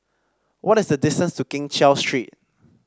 what is the distance to Keng Cheow Street